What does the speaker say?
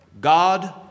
God